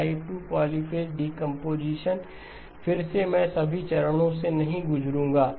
type 2 polyphase decomposition फिर से मैं सभी चरणों से नहीं गुजरूंगा